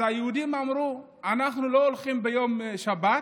אז היהודים אמרו: אנחנו לא הולכים ביום שבת